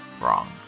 Wrong